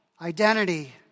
identity